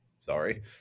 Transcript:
sorry